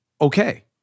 okay